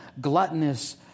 gluttonous